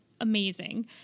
amazing